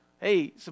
Hey